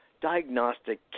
diagnostic